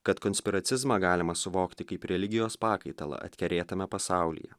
kad konspiracizmą galima suvokti kaip religijos pakaitalą atkerėtame pasaulyje